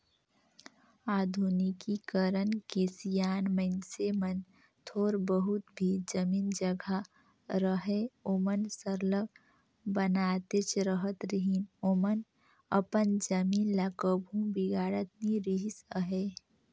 आधुनिकीकरन के सियान मइनसे मन थोर बहुत भी जमीन जगहा रअहे ओमन सरलग बनातेच रहत रहिन ओमन अपन जमीन ल कभू बिगाड़त नी रिहिस अहे